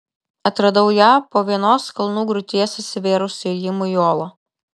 atradau ją po vienos kalnų griūties atsivėrus įėjimui į olą